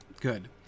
good